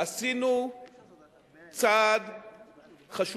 עשינו צעד חשוב: